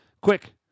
Quick